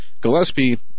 Gillespie